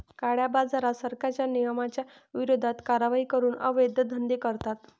काळ्याबाजारात, सरकारच्या नियमांच्या विरोधात कारवाई करून अवैध धंदे करतात